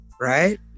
right